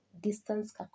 distance